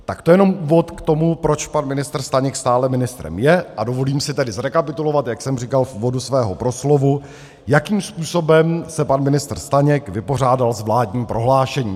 Tak to jenom úvod k tomu, proč pan ministr Staněk stále ministrem je, a dovolím si tedy zrekapitulovat, jak jsem říkal v úvodu svého proslovu, jakým způsobem se pan ministr Staněk vypořádal s vládním prohlášením.